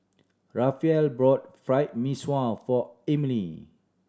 Rafael bought Fried Mee Sua for Ermine